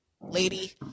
lady